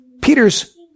peter's